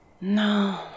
No